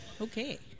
Okay